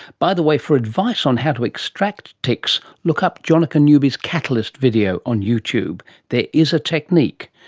by the way, for advice on how to extract ticks, look up jonica newby's catalyst video on youtube there is a technique.